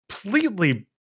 completely